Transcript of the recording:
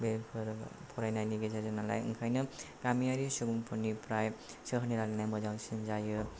बेफोर फरायनायनि गेजेरजों नालाय ओंखायनो गामियारि सुबुंफोरनिफ्राय सोहोरनि रायलायनाया मोजांसिन जायो